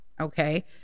Okay